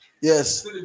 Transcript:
yes